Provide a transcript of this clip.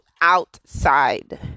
outside